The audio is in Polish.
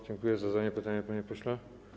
Dziękuję za zadanie pytania, panie pośle.